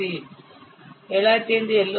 C 7500 L